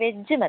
veg മതി